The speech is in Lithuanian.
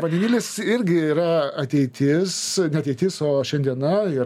vandenilis irgi yra ateitis ne ateitis o šiandiena ir